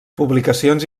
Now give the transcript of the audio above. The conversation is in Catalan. publicacions